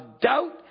doubt